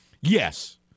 yes